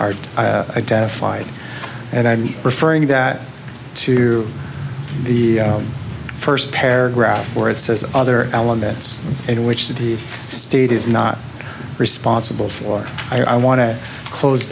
are identified and i'm referring that to the first paragraph where it says other elements which city state is not responsible for i want to close